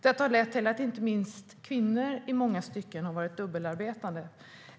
Detta har lett till att inte minst kvinnor i många stycken har varit dubbelarbetande.